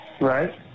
Right